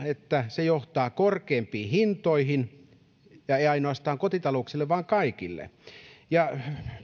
että se johtaa korkeampiin hintoihin ei ainoastaan kotitalouksille vaan kaikille ja